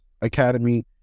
Academy